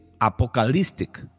apocalyptic